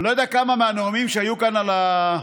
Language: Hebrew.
אני לא יודע כמה מהנואמים שהיו כאן על הפודיום